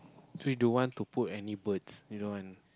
so he don't want to put any birds he don't want